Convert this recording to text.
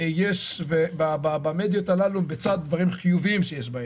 יש במדיות האלו, אל מול דברים חיוביים שיש בהן.